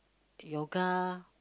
yoga